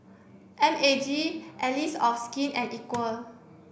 M A G Allies of Skin and Equal